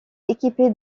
équipée